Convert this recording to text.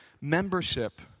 Membership